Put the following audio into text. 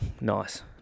Nice